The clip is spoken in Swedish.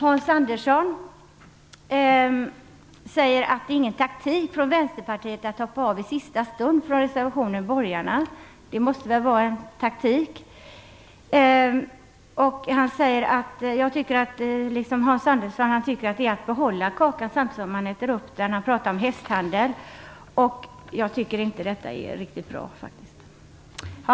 Hans Andersson säger att det inte var taktik från Vänsterpartiet att hoppa av i sista stund från reservationen med borgarna. Det måste väl vara taktik! Hans Andersson menar att vi vill både äta upp kakan och ha den kvar, och han talar om hästhandel. Jag tycker inte att detta är riktigt bra.